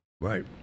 right